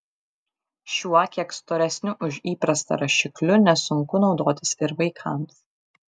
šiuo kiek storesniu už įprastą rašikliu nesunku naudotis ir vaikams